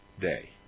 day